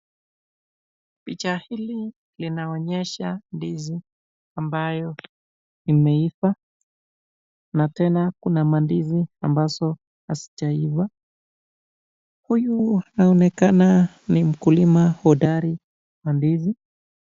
Picha hili linaonyesha ndizi ambayo imeiva na tena kuna mandizi ambazo hazijaiva, huyu inaonekana ni mkulima hodari wa ndizi.